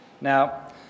Now